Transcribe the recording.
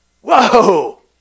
whoa